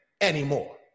anymore